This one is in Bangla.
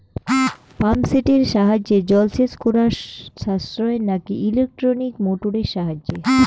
পাম্প সেটের সাহায্যে জলসেচ করা সাশ্রয় নাকি ইলেকট্রনিক মোটরের সাহায্যে?